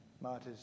martyrs